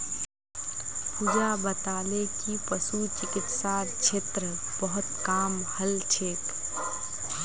पूजा बताले कि पशु चिकित्सार क्षेत्रत बहुत काम हल छेक